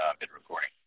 mid-recording